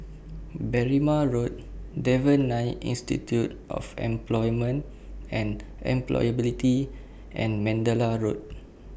Berrima Road Devan Nair Institute of Employment and Employability and Mandalay Road